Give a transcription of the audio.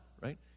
right